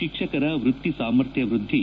ಶಿಕ್ಷಕರ ವೃತ್ತಿ ಸಾಮರ್ಥ್ಯ ವೃದ್ಧಿ